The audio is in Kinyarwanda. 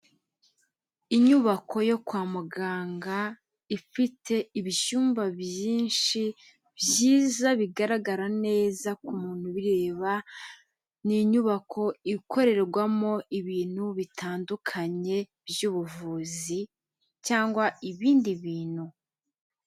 Inyubako yo kwa muganga ifite ibyumba byinshi byiza bigaragara neza ku muntu ubireba, ni inyubako ikorerwamo ibintu bitandukanye by'ubuvuzi cyangwa ibindi bintu.